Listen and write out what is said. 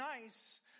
nice